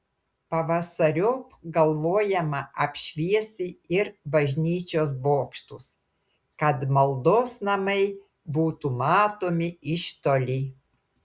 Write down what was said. pavasariop galvojama apšviesti ir bažnyčios bokštus kad maldos namai būtų matomi iš toli